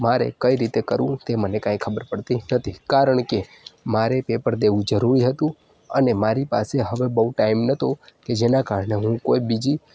મારે કઈ રીતે કરવું તે મને કંઈ ખબર પડતી નથી કારણ કે મારે પેપર દેવું જરૂરી હતું અને મારી પાસે હવે બહુ ટાઈમ ન હતો કે જેના કારણે હું કોઈ બીજી